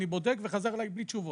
הוא בדק וחזר אליי בלי תשובות.